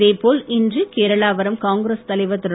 இதே போல் இன்று கேரளா வரும் காங்கிரஸ் தலைவர் திரு